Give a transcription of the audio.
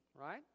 right